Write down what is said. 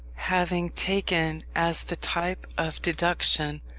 having taken as the type of deduction,